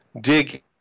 dig